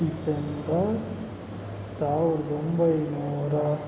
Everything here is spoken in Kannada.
ಡಿಸೆಂಬರ್ ಸಾವಿರದ ಒಂಬೈನೂರ